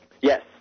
Yes